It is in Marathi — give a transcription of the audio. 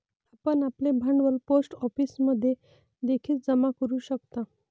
आपण आपले भांडवल पोस्ट ऑफिसमध्ये देखील जमा करू शकता